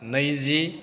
नैजि